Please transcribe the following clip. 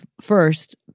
first